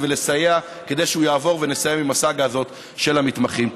ולסייע שהוא יעבור ונסיים עם הסאגה הזאת של המתמחים.